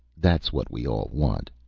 that's what we all want.